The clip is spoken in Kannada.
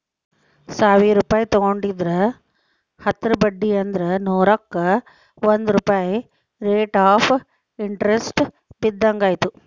ಸಾವಿರ್ ರೂಪಾಯಿ ತೊಗೊಂಡಿದ್ರ ಹತ್ತರ ಬಡ್ಡಿ ಅಂದ್ರ ನೂರುಕ್ಕಾ ಒಂದ್ ರೂಪಾಯ್ ರೇಟ್ ಆಫ್ ಇಂಟರೆಸ್ಟ್ ಬಿದ್ದಂಗಾಯತು